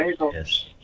Yes